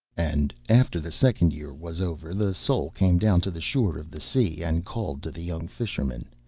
and after the second year was over, the soul came down to the shore of the sea, and called to the young fisherman,